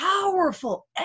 powerful